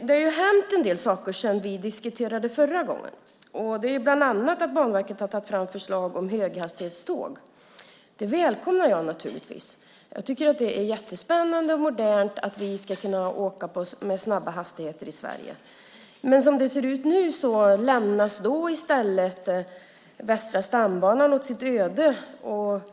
Det har hänt en del saker sedan vi diskuterade förra gången, och det är bland annat att Banverket har tagit fram förslag om höghastighetståg. Det välkomnar jag naturligtvis. Jag tycker att det är jättespännande och modernt att vi ska kunna åka med snabba hastigheter i Sverige. Men som det ser ut nu lämnas i stället Västra stambanan åt sitt öde.